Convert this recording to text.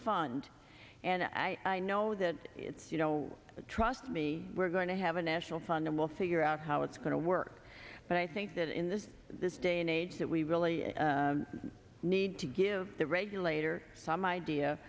fund and i know that it's you know trust me we're going to have a national fund and we'll figure out how it's going to work but i think that in this this day and age that we really need to give the regulator some idea